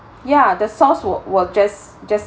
ya the sauce were were just just